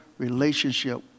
relationship